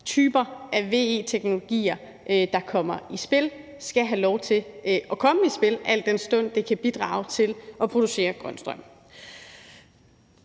typer af VE-teknologier, der kommer i spil, skal have lov til at komme i spil, al den stund det kan bidrage til at producere grøn strøm.